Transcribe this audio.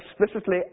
explicitly